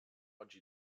oggi